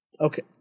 Okay